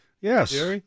Yes